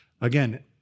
Again